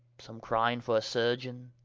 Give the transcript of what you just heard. some crying for a surgean